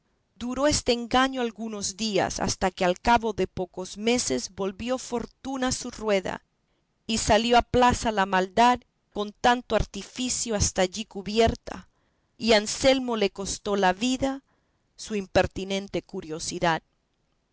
duró este engaño algunos días hasta que al cabo de pocos meses volvió fortuna su rueda y salió a plaza la maldad con tanto artificio hasta allí cubierta y a anselmo le costó la vida su impertinente curiosidad